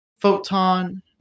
photon